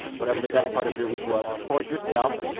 whatever the best part of your week was, record yourself.